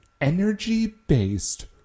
energy-based